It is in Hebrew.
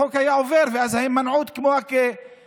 החוק היה עובר ואז ההימנעות כמוה כתמיכה.